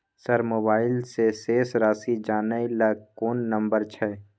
Sir mobile से शेस राशि जानय ल कोन नंबर छै?